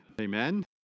Amen